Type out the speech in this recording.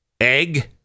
egg